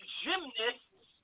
gymnasts